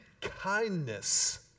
kindness